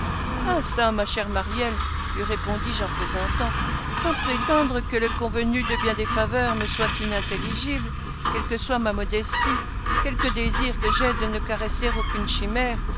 ah çà ma chère maryelle lui répondis-je en plaisantant sans prétendre que le convenu de bien des faveurs me soit inintelligible quelle que soit ma modestie quelque désir que j'aie de ne caresser aucune chimère